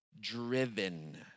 driven